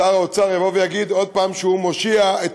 שר האוצר יבוא ויגיד עוד פעם שהוא מושיע את